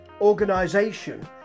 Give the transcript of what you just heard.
organization